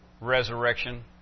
resurrection